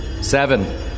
seven